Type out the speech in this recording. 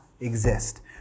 exist